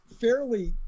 fairly